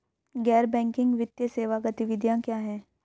गैर बैंकिंग वित्तीय सेवा गतिविधियाँ क्या हैं?